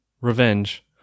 Revenge